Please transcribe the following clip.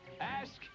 Ask